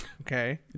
okay